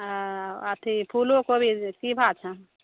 हँ अथी फूलो कोबी की भाव छनि